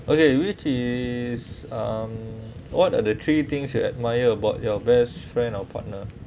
okay which is um what are the three things you admire about your best friend or partner